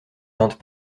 teintes